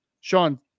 Sean